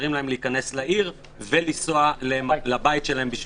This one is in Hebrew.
מאפשרים להם להיכנס לעיר ולנסוע לבית שלהם.